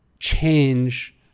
Change